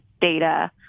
data